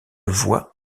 voix